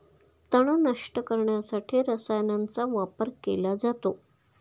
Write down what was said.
तण नष्ट करण्यासाठी रसायनांचा वापर केला जातो